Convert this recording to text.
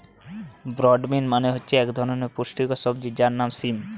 broad bean মানে হচ্ছে এক ধরনের পুষ্টিকর সবজি যার নাম সিম